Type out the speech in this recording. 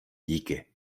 díky